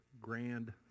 grand